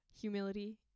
Humility